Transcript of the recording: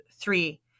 three